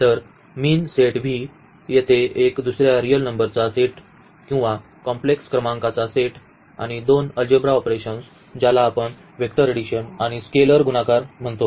तर mean set V येथे एक दुसर्या रिअल नंबरचा सेट किंवा कॉम्प्लेक्स क्रमांकाचा सेट आणि दोन अल्जेब्रा ऑपरेशन्स ज्याला आपण वेक्टर एडिशन आणि स्केलर गुणाकार म्हणतो